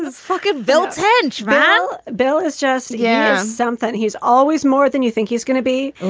ah fuck it. bill tench val, bill, it's just yeah something he's always more than you think he's gonna be.